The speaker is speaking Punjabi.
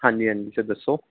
ਹਾਂਜੀ ਹਾਂਜੀ ਸਰ ਦੱਸੋ